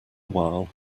while